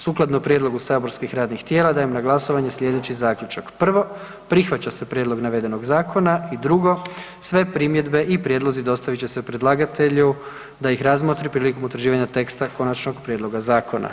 Sukladno prijedlogu saborskih radnih tijela dajem na glasovanje sljedeći Zaključak: 1. Prihvaća se prijedlog navedenog zakona i 2. Sve primjedbe i prijedlozi dostavit će se predlagatelju da ih razmotri prilikom utvrđivanja teksta konačnog prijedloga zakona.